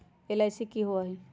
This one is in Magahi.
एल.आई.सी की होअ हई?